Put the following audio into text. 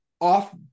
off